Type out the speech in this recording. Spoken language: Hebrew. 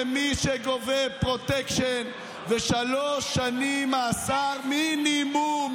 עשר שנים למי שגובה פרוטקשן ושלוש שנים מאסר מינימום,